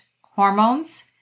hormones